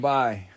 bye